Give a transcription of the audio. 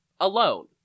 alone